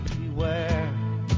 beware